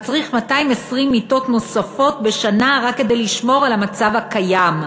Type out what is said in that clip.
מצריך 220 מיטות נוספות בשנה רק כדי לשמור על הקיים,